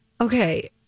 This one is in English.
Okay